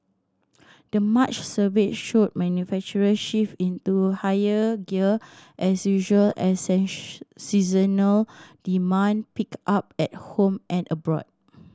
the March survey showed manufacturers shifted into higher gear as usual as seasonal demand picked up at home and abroad